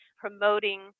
promoting